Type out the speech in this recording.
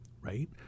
right